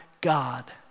God